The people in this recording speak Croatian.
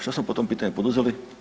Što smo po tom pitanju poduzeli?